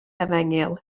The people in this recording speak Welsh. efengyl